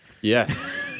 Yes